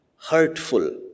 hurtful